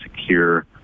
secure